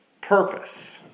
Purpose